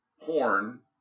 porn